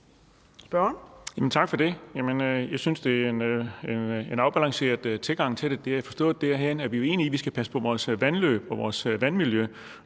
Bonnesen (V): Tak for det. Jeg synes, det er en afbalanceret tilgang til det. Jeg har forstået det derhen, at vi er enige om, at vi skal passe på vores vandløb og vores vandmiljø,